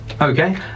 Okay